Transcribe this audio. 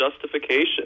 justification